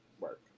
Work